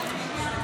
לא.